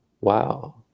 wow